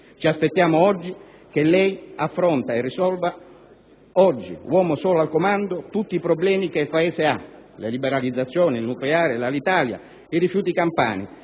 Ci aspettiamo che lei affronti e risolva oggi, uomo solo al comando, tutti i problemi che ha il Paese: le liberalizzazioni, il nucleare, l'Alitalia, i rifiuti campani,